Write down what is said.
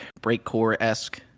breakcore-esque